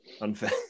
unfair